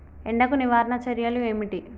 ఎండకు నివారణ చర్యలు ఏమిటి?